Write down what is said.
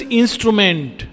instrument